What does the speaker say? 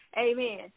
Amen